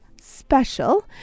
special